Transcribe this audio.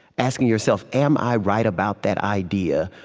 asking yourself, am i right about that idea,